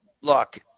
look